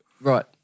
Right